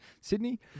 Sydney